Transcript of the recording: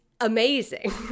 amazing